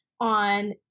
on